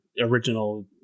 original